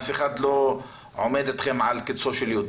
אף אחד לא עומד איתכם על קוצו של יוד.